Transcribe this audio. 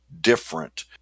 different